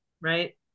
Right